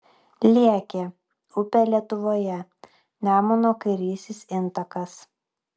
liekė upė lietuvoje nemuno kairysis intakas